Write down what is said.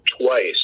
twice